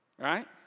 right